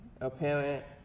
apparent